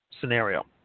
scenario